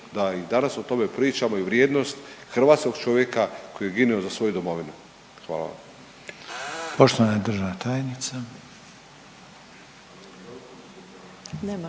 da i danas o tome pričamo i vrijednost hrvatskog čovjeka koji je ginuo za svoju domovinu, hvala. **Reiner, Željko